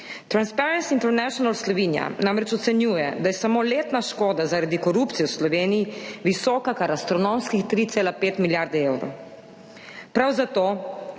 Transparency International Slovenia namreč ocenjuje, da je samo letna škoda zaradi korupcije v Sloveniji visoka kar astronomske 3,5 milijarde evrov. Prav zato